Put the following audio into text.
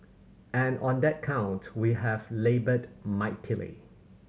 and on that count we have laboured mightily